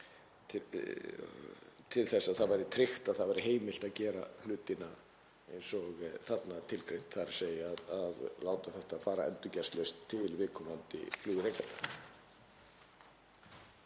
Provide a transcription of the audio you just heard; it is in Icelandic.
til að það væri tryggt að það væri heimilt að gera hlutina eins og þarna er tilgreint, þ.e. að láta þetta fara endurgjaldslaust til viðkomandi flugrekenda.